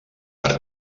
per